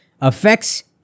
affects